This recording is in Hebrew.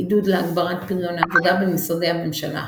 עידוד להגברת פריון העבודה במשרדי הממשלה.